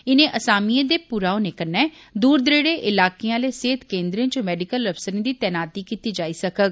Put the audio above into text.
इनें असामिएं दे पुर होने कन्नै दूर दरेड़े इलाकें आले सेहत कोन्द्रें च मैडिकल अफसरें दी तैनाती कीती जाई सकग